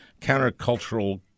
countercultural